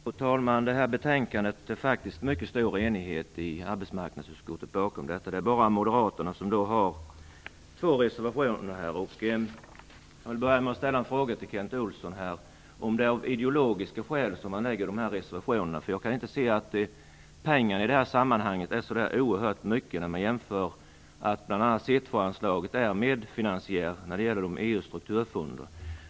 Fru talman! Det är faktiskt mycket stor enighet i arbetsmarknadsutskottet om det här betänkandet. Det är bara moderaterna som har två reservationer i betänkandet. Jag vill börja med att fråga Kent Olsson om det är av ideologiska skäl som han har lagt fram de här reservationerna. Jag kan inte se att det här handlar om så oerhört mycket pengar med tanke på att C 2 anslaget är medfinansiär när det gäller EU:s strukturfonder.